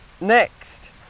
next